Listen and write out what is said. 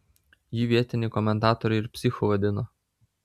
jį vietiniai komentatoriai ir psichu vadina